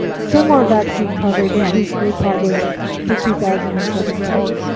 similar vaccine coverage was recently published for two thousand and seventeen.